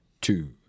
two